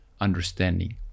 understanding